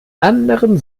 anderen